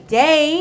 day